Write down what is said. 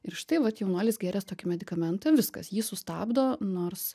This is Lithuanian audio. ir štai vat jaunuolis gėręs tokį medikamentą viskas jį sustabdo nors